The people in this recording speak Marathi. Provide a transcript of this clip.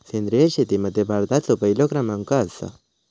सेंद्रिय शेतीमध्ये भारताचो पहिलो क्रमांक आसा